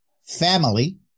family